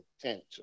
potential